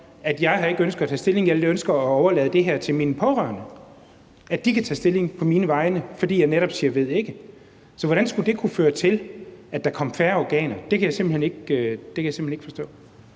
at man ikke ønsker at tage stilling, men ønsker at overlade det til de pårørende, så de kan tage stilling på ens vegne, fordi man netop siger »ved ikke«. Så hvordan skulle det kunne føre til, at der kom færre organer? Det kan jeg simpelt hen ikke forstå.